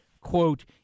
quote